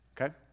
okay